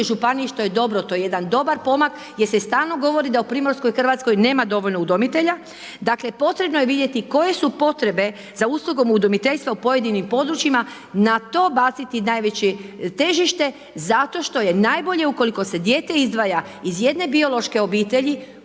županiji što je dobro, to je jedan dobar pomak jer se stalno govori da u primorskoj Hrvatskoj nema dovoljno udomitelja. Dakle, potrebno je vidjeti koje su potrebe za uslugom udomiteljstva u pojedinim područjima, na to baciti najveće težište zato što je najbolje ukoliko se dijete izdvaja iz jedne biološke obitelji